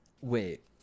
Wait